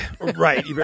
Right